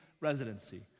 residency